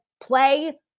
play